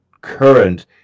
current